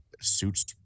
suits